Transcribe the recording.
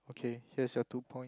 okay here's your two point